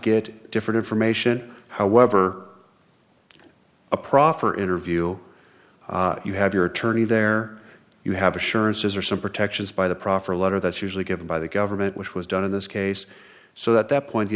get different information however a proffer interview you have your attorney there you have assurances or some protections by the proffer letter that's usually given by the government which was done in this case so that that point the